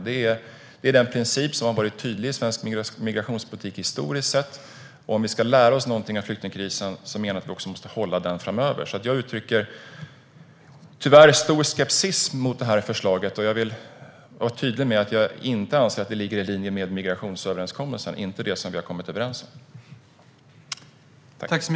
Det är en princip som har varit tydlig i svensk migrationspolitik historiskt sett. Om vi ska lära oss någonting av flyktingkrisen måste vi hålla fast vid den också framöver. Jag måste tyvärr uttrycka stor skepsis mot det här förslaget, och jag vill vara tydlig med att jag inte anser att det ligger i linje med migrationsöverenskommelsen. Det är inte det vi har kommit överens om.